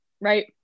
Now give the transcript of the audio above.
right